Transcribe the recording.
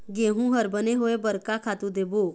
गेहूं हर बने होय बर का खातू देबो?